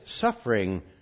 suffering